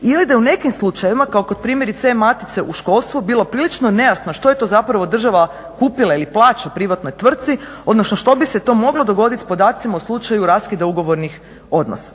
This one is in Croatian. ili da je u nekim slučajevima kao kod primjerice e-matice u školstvu bilo prilično nejasno što je to zapravo država kupila ili plaća privatnoj tvrtci, odnosno što bi se to moglo dogoditi s podacima u slučaju raskida ugovornih odnosa.